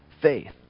faith